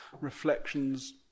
reflections